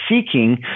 seeking